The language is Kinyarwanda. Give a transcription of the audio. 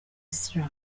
islam